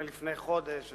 מלפני חודש.